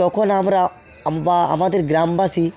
তখন আমরা আমাদের গ্রামবাসী